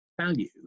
value